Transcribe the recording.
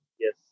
Yes